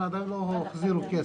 עדיין לא החזירו כסף.